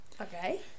Okay